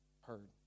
heard